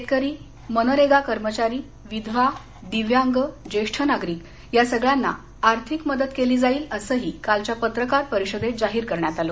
शेतकरी मनरेगा कर्मचारी विधवा दिव्यांग ज्येष्ठ नागरिक या सगळ्यांना आर्थिक मदत केली जाईल असंही कालच्या पत्रकार परिषदेत जाहीर करण्यात आलं